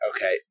Okay